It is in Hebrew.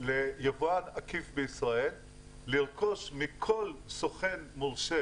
ליבואן עקיף בישראל לרכוש מכל סוכן מורשה